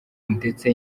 ndetse